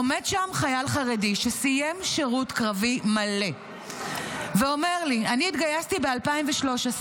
עומד שם חייל חרדי שסיים שירות קרבי מלא ואומר לי: אני התגייסתי ב-2013,